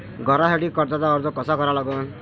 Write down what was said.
घरासाठी कर्जाचा अर्ज कसा करा लागन?